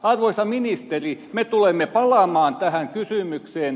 arvoisa ministeri me tulemme palaamaan tähän kysymykseen